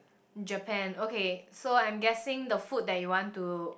Japan okay so I'm guessing the food that you want to